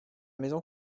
maison